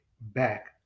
back